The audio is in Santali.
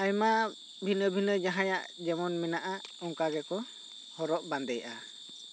ᱟᱭᱢᱟ ᱵᱷᱤᱱᱟᱹ ᱵᱷᱤᱱᱟᱹ ᱡᱟᱦᱟᱸᱭᱟᱜ ᱡᱮᱢᱚᱱ ᱢᱮᱱᱟᱜᱼᱟ ᱚᱱᱠᱟ ᱜᱮᱠᱚ ᱦᱚᱨᱚᱜ ᱵᱟᱸᱫᱮᱭᱟ